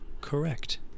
Correct